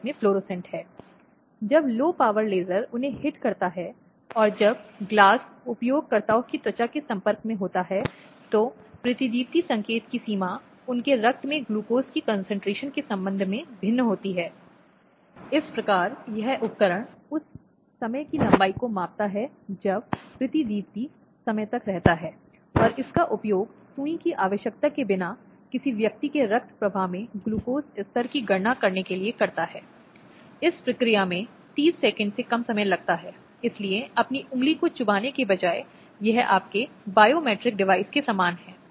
यही वह जगह है जहाँ पितृसत्ता स्मृतिपत्र पर अपना प्रभाव अपना अस्तित्व दिखाती है जहाँ महिलाओं पर पुरुषों का प्रभुत्व और वर्चस्व है जहाँ स्थापित होने की माँग की जाती है और जहाँ पर जोर दिए जाने की माँग की जाती है